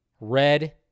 red